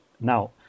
now